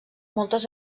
moltes